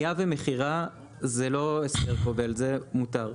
קניה ומכירה זה לא הסדר כובל, זה מותר.